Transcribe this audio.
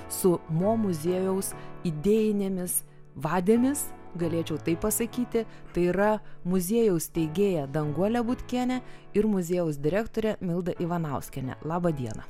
su mo muziejaus idėjinėmis vadėmis galėčiau taip pasakyti tai yra muziejaus steigėja danguolė butkienė ir muziejaus direktorė milda ivanauskienė labą dieną